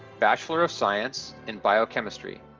bachelor of science in biochemistry.